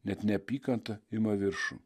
net neapykanta ima viršų